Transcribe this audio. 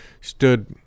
stood